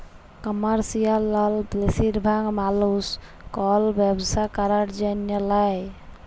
commercial লল বেশিরভাগ মালুস কল ব্যবসা ক্যরার জ্যনহে লেয়